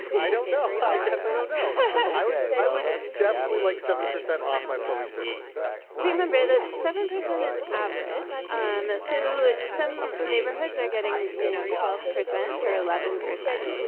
i don't know. i guess i don't know i would i would definitely like seven percent off my plumbing services remember that the seven percent is average. um so some neighborhoods are getting, you know, twelve percent or eleven percent and ok.